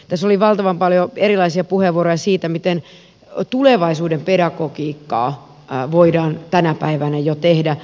tässä oli valtavan paljon erilaisia puheenvuoroja siitä miten tulevaisuuden pedagogiikkaa voidaan jo tänä päivänä tehdä